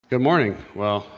good morning, well,